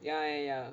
ya ya ya